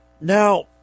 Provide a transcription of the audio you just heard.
Now